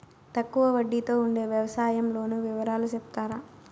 తక్కువ వడ్డీ తో ఉండే వ్యవసాయం లోను వివరాలు సెప్తారా?